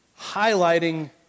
highlighting